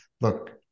look